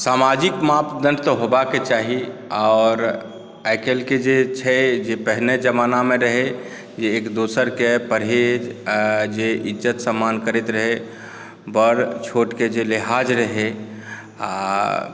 समाजिक मापदण्ड तऽ होबाक चाही आओर आइ काल्हिके जे छै जे पहिने जमानामे रहय जे एक दोसरकेॅं परहेज़ जे इज्जत सम्मान करैत रहय बड़ छोटक जे लिहाज़ रहय आ